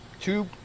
two